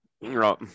right